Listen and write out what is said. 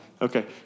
Okay